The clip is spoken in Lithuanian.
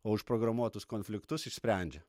o užprogramuotus konfliktus išsprendžia